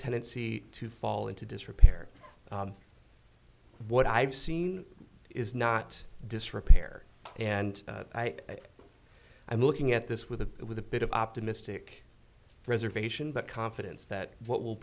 tendency to fall into disrepair what i've seen is not disrepair and i i'm looking at this with a bit with a bit of optimistic reservation but confidence that what will